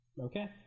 Okay